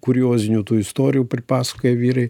kuriozinių tų istorijų pripasakoja vyrai